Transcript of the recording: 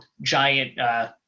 giant